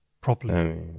properly